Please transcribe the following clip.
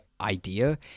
idea